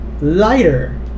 lighter